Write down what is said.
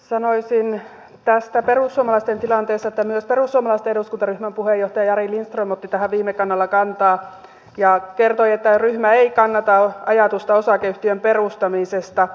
sanoisin tästä perussuomalaisten tilanteesta että myös perussuomalaisten eduskuntaryhmän puheenjohtaja jari lindström otti tähän viime kaudella kantaa ja kertoi että ryhmä ei kannata ajatusta osakeyhtiön perustamisesta